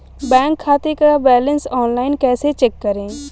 Bank खाते का balance online कैसे चेक करें?